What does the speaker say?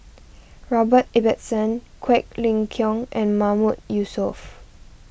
Robert Ibbetson Quek Ling Kiong and Mahmood Yusof